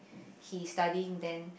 he's studying then